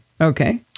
Okay